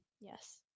Yes